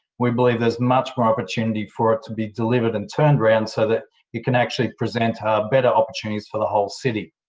we believe there's much more opportunity for it to be delivered and turned around so that you can actually present ah better opportunities for the whole city.